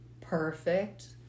perfect